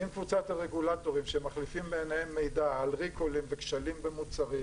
עם קבוצת הרגולטורים שמחליפים ביניהם מידע על ריקולים וכשלים במוצרים,